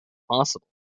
possible